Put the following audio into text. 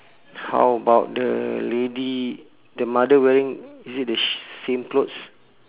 how about the lady the mother wearing is it the same clothes